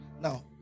Now